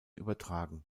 übertragen